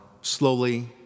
slowly